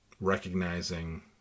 recognizing